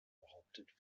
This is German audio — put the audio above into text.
behauptet